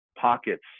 pockets